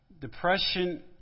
depression